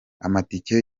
amatike